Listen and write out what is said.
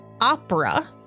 Opera